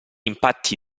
impatti